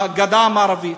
הגדה המערבית.